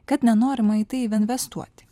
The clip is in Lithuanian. kad nenorima į tai investuoti